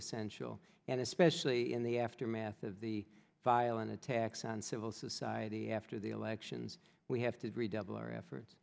essential and especially in the aftermath of the violent attacks on civil society after the elections we have to re